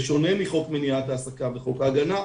בשונה מחוק מניעת העסקה וחוק ההגנה,